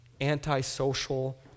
antisocial